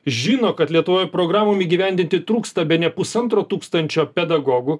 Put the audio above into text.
žino kad lietuvoj programom įgyvendinti trūksta bene pusantro tūkstančio pedagogų